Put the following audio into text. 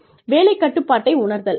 வேலை கட்டுப்பாட்டை உணர்தல்